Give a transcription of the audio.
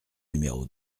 numéro